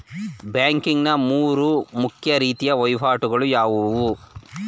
Banking ನ ಮೂರು ಮುಖ್ಯ ರೀತಿಯ ವಹಿವಾಟುಗಳು ಯಾವುವು?